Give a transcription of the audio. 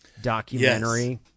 Documentary